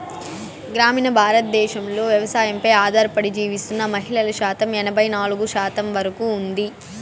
గ్రామీణ భారతదేశంలో వ్యవసాయంపై ఆధారపడి జీవిస్తున్న మహిళల శాతం ఎనబై నాలుగు శాతం వరకు ఉంది